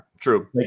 true